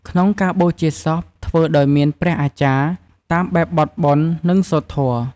ក្នុងការបូជាសពធ្វើដោយមានព្រះអាចារ្យ តាមបែបបទបុណ្យ និងសូត្រធម៌។